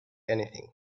anything